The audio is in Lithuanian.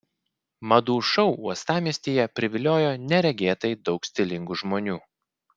madų šou uostamiestyje priviliojo neregėtai daug stilingų žmonių